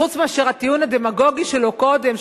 חוץ מאשר הטיעון הדמגוגי שלו קודם,